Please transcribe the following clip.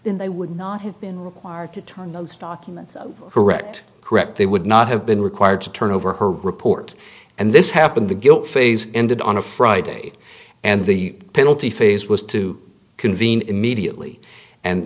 then they would not have been required to turn those documents correct correct they would not have been required to turn over her report and this happened the guilt phase ended on a friday and the penalty phase was to convene immediately and